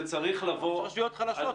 יש רשויות חלשות.